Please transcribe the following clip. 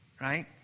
right